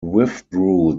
withdrew